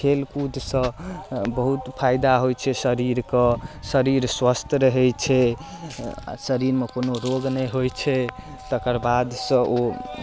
खेलकूदसँ बहुत फायदा होइ छै शरीरके शरीर स्वस्थ रहै छै शरीरमे कोनो रोग नहि होइ छै तकर बादसँ ओ